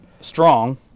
strong